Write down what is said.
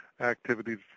activities